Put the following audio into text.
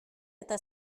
eta